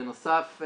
בנוסף,